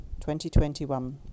2021